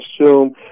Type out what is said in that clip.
assume